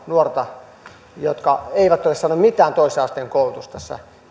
nuorta aikuista jotka eivät ole saaneet mitään toisen asteen koulutusta